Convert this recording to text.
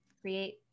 create